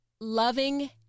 loving